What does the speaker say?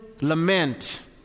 lament